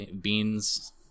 beans